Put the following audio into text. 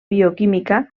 bioquímica